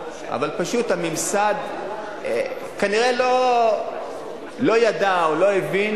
אבל הממסד כנראה לא ידע או לא הבין